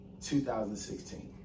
2016